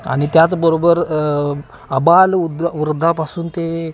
आणि त्याचबरोबर अबालवुद वृद्धापासून ते